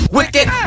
Wicked